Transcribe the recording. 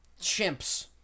chimps